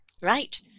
Right